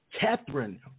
Catherine